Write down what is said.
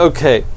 Okay